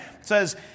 says